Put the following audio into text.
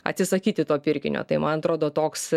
atsisakyti to pirkinio tai man atrodo toks